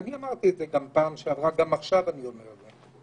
אני אמרתי את זה גם בפעם שעברה וגם עכשיו אני אומר את זה,